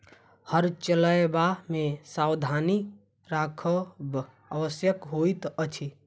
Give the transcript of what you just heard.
हर चलयबा मे सावधानी राखब आवश्यक होइत अछि